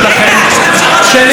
שראש הממשלה, הוא קרא לנו חמוצים.